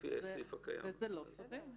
וזה לא סביר.